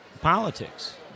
politics